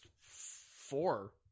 four